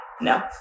no